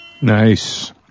Nice